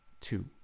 two